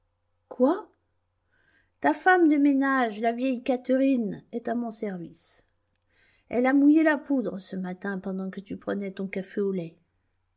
quoi ta femme de ménage la vieille catherine est à mon service elle a mouillé la poudre ce matin pendant que tu prenais ton café au lait